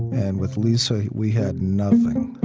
and with lisa, we had nothing.